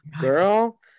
Girl